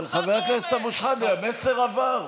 אבל חבר הכנסת אבו שחאדה, המסר עבר.